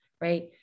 right